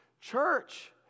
Church